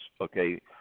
okay